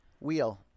Wheel